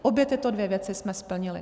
Obě tyto dvě věci jsme splnili.